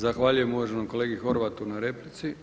Zahvaljujem uvaženom kolegi Horvatu na replici.